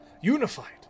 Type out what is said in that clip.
unified